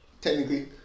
Technically